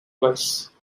twice